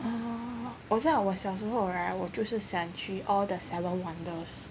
err 我知道我小时候 right 我就是想去 all the seven wonders